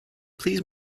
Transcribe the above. please